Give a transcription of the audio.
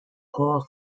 poll